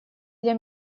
для